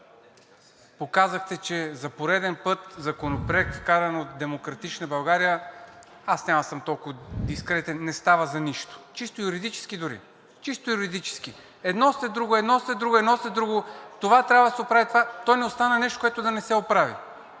показахте – Законопроект, вкаран от „Демократична България“ – аз няма да съм толкова дискретен, не става за нищо чисто юридически дори. Чисто юридически! Едно след друго, едно след друго, едно след друго, това трябва да се оправи, това… То не остана нещо, което да не се оправи.